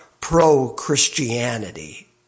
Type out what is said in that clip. pro-Christianity